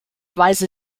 weise